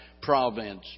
province